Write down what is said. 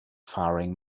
faring